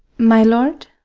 my lord?